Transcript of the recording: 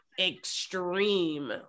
extreme